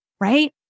right